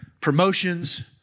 promotions